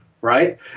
Right